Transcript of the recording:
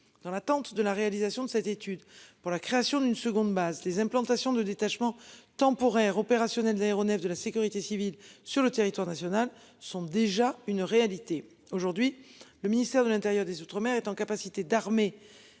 dans l'attente de la réalisation de cette étude pour la création d'une seconde base les implantations de détachements temporaires opérationnel d'aéronefs de la sécurité civile sur le territoire national sont déjà une réalité aujourd'hui le ministère de l'intérieur des Outre-mer, être en capacité d'armer